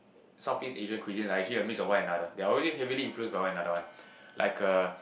Southeast Asia cuisine like actually mix of one another they are already heavily influenced by one another [one] like uh